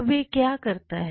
अब यह क्या करता है